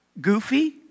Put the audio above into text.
goofy